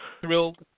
thrilled